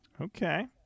okay